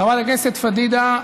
חברת הכנסת פדידה,